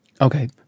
okay